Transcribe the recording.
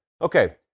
Okay